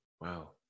Wow